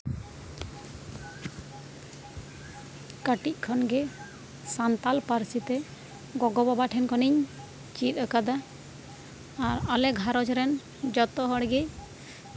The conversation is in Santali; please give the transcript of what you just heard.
ᱠᱟᱹᱴᱤᱡ ᱠᱷᱚᱱᱜᱮ ᱥᱟᱱᱛᱟᱞ ᱯᱟᱹᱨᱥᱤᱛᱮ ᱜᱚᱜᱚ ᱵᱟᱵᱟ ᱴᱷᱮᱱ ᱠᱷᱚᱱᱤᱧ ᱪᱮᱫ ᱠᱟᱫᱟ ᱟᱨ ᱟᱞᱮ ᱜᱷᱟᱸᱨᱚᱧᱡᱽ ᱨᱮᱱ ᱡᱚᱛᱚ ᱦᱚᱲ ᱜᱮ